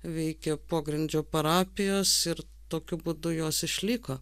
veikė pogrindžio parapijos ir tokiu būdu jos išliko